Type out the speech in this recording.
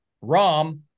Rom-